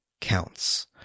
counts